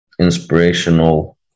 inspirational